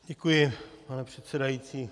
Děkuji, pane předsedající.